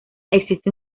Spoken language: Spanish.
existe